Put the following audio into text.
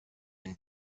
and